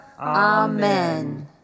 Amen